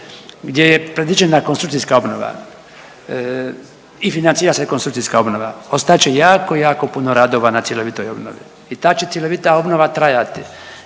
gdje je predviđena konstrukcijska obnova i financira se konstrukcija obnova, ostat će jako, jako puno radova na cjelovitoj obnovi i ta će cjelovita obnova trajati